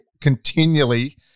continually